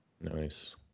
Nice